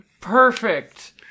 perfect